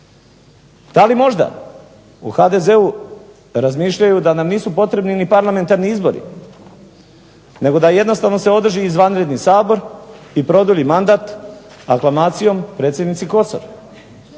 Da li možda u HDZ-u razmišljaju da nam nisu potrebni ni parlamentarni izbori, nego da jednostavno se održi izvanredni Sabor, i produlji mandat aklamacijom predsjednici Kosor.